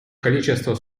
количество